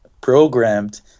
programmed